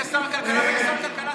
אתה היית שר כלכלה, והיית שר כלכלה טוב.